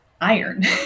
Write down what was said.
iron